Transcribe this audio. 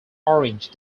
orange